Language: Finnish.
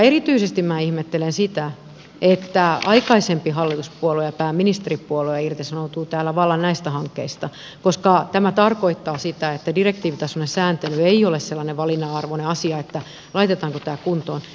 erityisesti minä ihmettelen sitä että aikaisempi hallituspuolue ja pääministeripuolue täällä irtisanoutuu vallan näistä hankkeista koska tämä tarkoittaa sitä että direktiivitasoinen sääntely ei ole sellainen valinnan alainen asia että laitetaanko tämä kuntoon vai ei